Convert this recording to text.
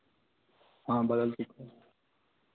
हाँ बगल की